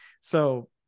So-